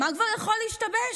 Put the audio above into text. מה כבר יכול להשתבש?